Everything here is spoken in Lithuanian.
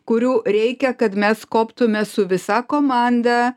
kurių reikia kad mes koptume su visa komanda